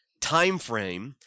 timeframe